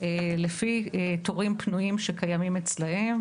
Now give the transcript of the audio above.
לפי תורים פנויים שקיימים אצלם,